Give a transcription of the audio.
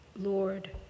Lord